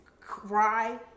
cry